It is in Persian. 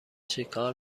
چکار